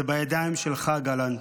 זה בידיים שלך, גלנט.